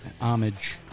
homage